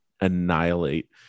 annihilate